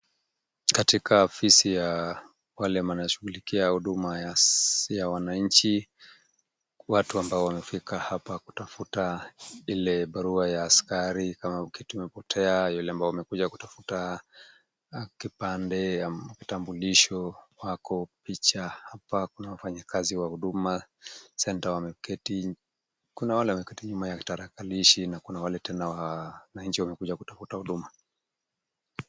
Katika ofisi ya wale wanashughulikia huduma ya wananchi, watu ambao wamefika hapa kutafuta ile barua ya askari ama kitu imepotea, yule ambao wamekuja kutafuta kipande ama kitambulisho wako picha. Hapa kuna wafanyikazi wa Huduma centre wameketi, kuna wale wameketi nyuma ya tarakilishi kuna wale tena wananchi wamekuja kutafuta huduma.